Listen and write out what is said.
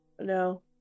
No